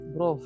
Bro